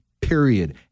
Period